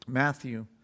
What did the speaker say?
Matthew